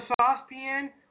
saucepan